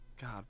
God